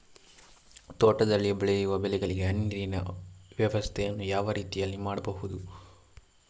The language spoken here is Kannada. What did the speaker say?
ತೋಟದಲ್ಲಿ ಬೆಳೆಯುವ ಬೆಳೆಗಳಿಗೆ ಹನಿ ನೀರಿನ ವ್ಯವಸ್ಥೆಯನ್ನು ಯಾವ ರೀತಿಯಲ್ಲಿ ಮಾಡ್ಬಹುದು?